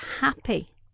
happy